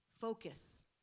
Focus